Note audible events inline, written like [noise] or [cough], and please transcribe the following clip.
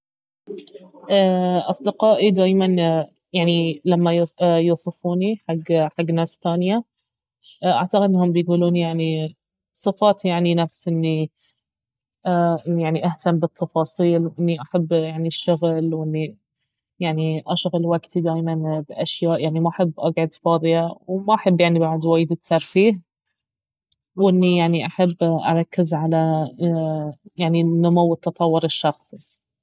اصدقائي دايما يعني لما يوصفوني حق- حق ناس ثانية اعتقد انهم بيقولون يعني صفات يعني نفس اني [hesitation] اني يعني اهتم بالتفاصيل واني احب يعني الشغل واني يعني اشغل وقتي دايما باشياء يعني ما احب اقعد فاصية وما احب يعني وايد الترفيه واني يعني احب اركز على [hesitation] يعني النمو والتطور الشخصي